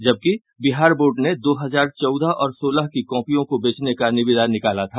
जबकि बिहार बोर्ड ने दो हजार चौदह और सोलह की कॉपियों को बेचने का निविदा निकाला था